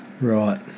Right